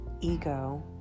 Ego